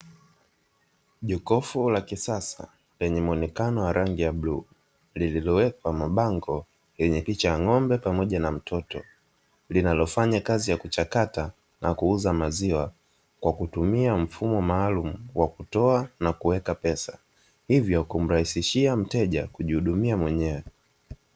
Jokofu la kisasa lenye muonekano wa rangi ya bluu, lililowekwa mabango lenye picha ya ng'ombe pamoja na mtoto, linalofanya kazi ya kuchakata na kuuza maziwa kwa kutumia mfumo maalumu wa kutoa na kuweka pesa hivyo kumraisishia mteja kujihudumia mwenyewe.